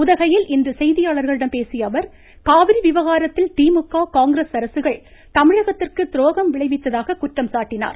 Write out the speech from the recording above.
உதகையில் இன்று செய்தியாளர்களிடம் பேசிய அவர் காவிரி விவகாரத்தில் திமுக காங்கிரஸ் அரசுகள் தமிழகத்திற்கு துரோகம் விளைவித்ததாக குற்றம் சாட்டியுள்ளார்